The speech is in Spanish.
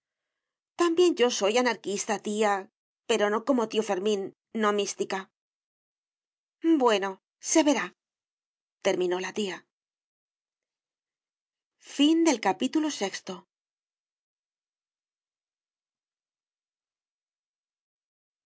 también yo soy anarquista tía pero no como tío fermín no mística bueno se verá terminó la tía